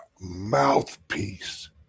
mouthpiece